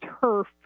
turf